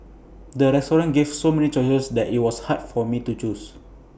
the restaurant gave so many choices that IT was hard for me to choose